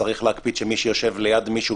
צריך להקפיד שמי שיושב ליד מישהו,